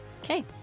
Okay